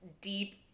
deep